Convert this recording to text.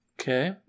Okay